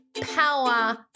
power